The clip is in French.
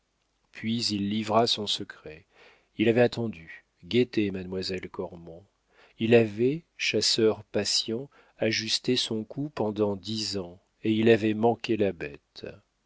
puis il livra son secret il avait attendu guetté mademoiselle cormon il avait chasseur patient ajusté son coup pendant dix ans et il avait manqué la bête